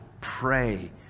pray